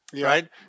right